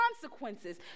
consequences